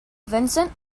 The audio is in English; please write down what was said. vincent